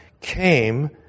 came